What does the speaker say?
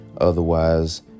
Otherwise